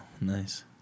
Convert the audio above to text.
nice